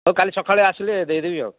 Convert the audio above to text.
ହଉ କାଲି ସକାଳେ ଆସିଲେ ଦେଇଦେବି ଆଉ